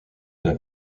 d’un